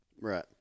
Right